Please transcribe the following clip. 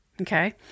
Okay